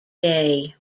bey